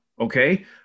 Okay